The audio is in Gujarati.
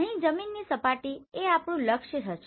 અહીં જમીનની સપાટી એ આપણું લક્ષ્ય હશે